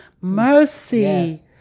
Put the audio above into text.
mercy